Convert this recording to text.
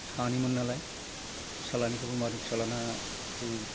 सानैमोन नालाय फिसालानिखौबो माबादों फिसालाना बै